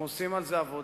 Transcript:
אנחנו עושים על זה עבודה,